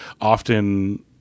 often